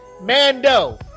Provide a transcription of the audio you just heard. Mando